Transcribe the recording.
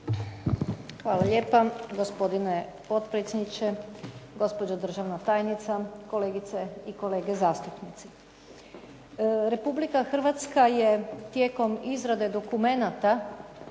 Hvala lijepa gospodine potpredsjedniče, gospođo državna tajnica, kolegice i kolege zastupnici. Republika Hrvatska je tijekom izrade dokumenata